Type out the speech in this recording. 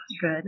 good